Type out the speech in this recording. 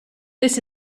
this